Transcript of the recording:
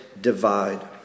divide